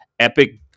Epic